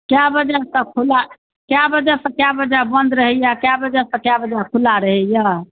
कएक बजे तक खुला कएक बजेसँ कएक बजे तक बन्द रहैए कएक बजेसँ कएक बजे खुला रहैए